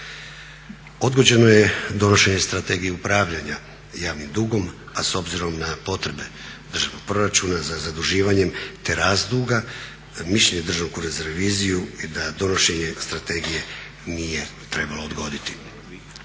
Odgođeno je donošenje strategije upravljanja javnim dugom, a s obzirom na potrebe državnog proračuna za zaduživanjem te rast duga mišljenje Državnog ureda za reviziju je da donošenje strategije nije trebalo odgoditi.